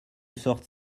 sorte